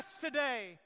today